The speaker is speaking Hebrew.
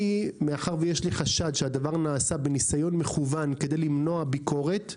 מאחר ויש לי חשד שהדבר נעשה בניסיון מכוון כדי למנוע ביקורת,